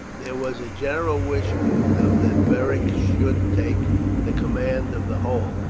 there was a general wish among them that beric should take the command of the whole.